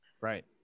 Right